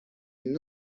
une